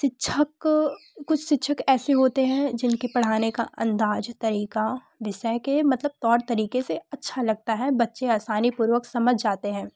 शिक्षक कुछ शिक्षक ऐसे होते हैं जिनके पढ़ाने का अंदाज़ तरीक़ा विषय के मतलब तौर तरीक़े से अच्छा लगता है बच्चे आसानी पूर्वक समझ जाते हैं